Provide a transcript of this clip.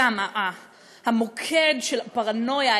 המוקד של הפרנויה,